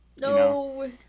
No